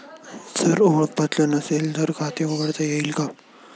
जर ओळखपत्र नसेल तर खाते उघडता येईल का?